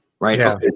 Right